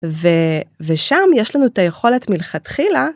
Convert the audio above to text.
ושם יש לנו את היכולת מלכתחילה.